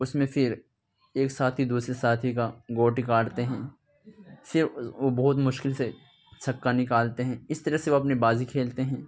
اس میں پھر ایک ساتھی دوسرے ساتھی کا گوٹی کاٹتے ہیں صرف وہ بہت مشکل سے چھکا نکالتے ہیں اس طرح سے وہ اپنی بازی کھیلتے ہیں